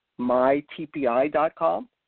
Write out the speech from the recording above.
mytpi.com